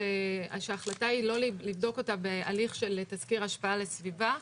שההחלטה היא לא לבדוק אותם בהליך של תסקיר השפעה לסביבה.